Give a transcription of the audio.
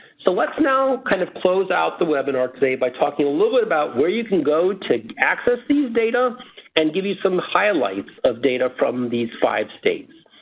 so let's now kind of close out the webinar today by talking a little bit about where you can go to access these data and give you some highlights of data from these five states.